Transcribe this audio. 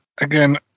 again